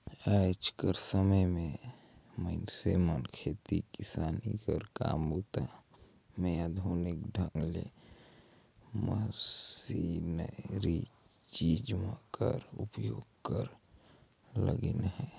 आएज कर समे मे मइनसे मन खेती किसानी कर काम बूता मे आधुनिक ढंग ले मसीनरी चीज मन कर उपियोग करे लगिन अहे